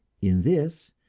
in this,